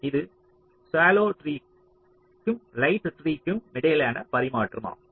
இது ஸலோவ் ட்ரீக்கும் லைட் ட்ரீக்கும் இடையிலான பரிமாற்றம் ஆகும்